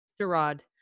Gerard